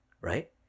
right